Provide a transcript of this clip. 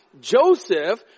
Joseph